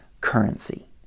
currency